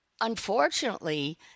unfortunately